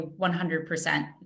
100%